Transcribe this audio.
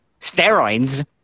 steroids